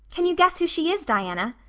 can you guess who she is, diana?